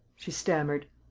she stammered.